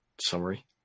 summary